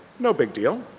no big deal,